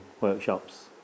workshops